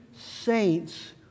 saints